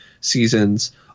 seasons